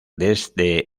desde